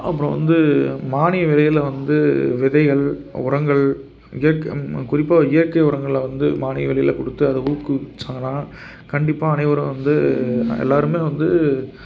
அப்பறம் வந்து மானிய விதைகளை வந்து விதைகள் உரங்கள் இயக் குறிப்பாக இயற்கை உரங்களை வந்து மானிய விலையில் கொடுத்து அதை ஊக்குவிச்சாங்கனால் கண்டிப்பாக அனைவரும் வந்து எல்லாருமே வந்து